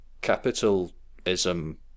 capitalism